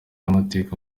amateka